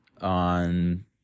on